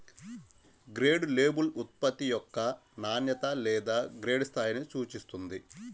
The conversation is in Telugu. గ్రేడ్ లేబుల్ ఉత్పత్తి యొక్క నాణ్యత లేదా గ్రేడ్ స్థాయిని సూచిస్తుంది